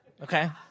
Okay